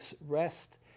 rest